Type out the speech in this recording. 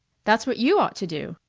that's what you ought to do,